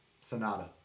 Sonata